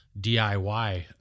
DIY